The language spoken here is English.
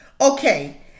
Okay